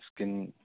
screen